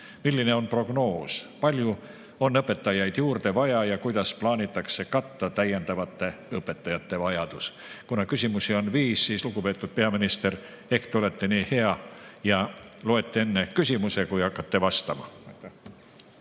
Milline on prognoos – palju on õpetajaid juurde vaja ja kuidas plaanitakse katta täiendavate õpetajate vajadus?" Kuna küsimusi on viis, siis, lugupeetud peaminister, ehk te olete nii hea ja loete enne küsimuse ette, kui hakkate vastama.